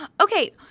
Okay